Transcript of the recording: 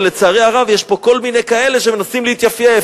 ולצערי הרב יש פה כל מיני כאלה שמנסים להתייפייף.